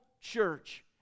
church